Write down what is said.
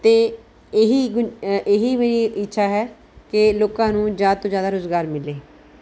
ਅਤੇ ਇਹੀ ਗ ਇਹੀ ਮੇਰੀ ਇੱਛਾ ਹੈ ਕਿ ਲੋਕਾਂ ਨੂੰ ਜ਼ਿਆਦਾ ਤੋਂ ਜ਼ਿਆਦਾ ਰੁਜ਼ਗਾਰ ਮਿਲੇ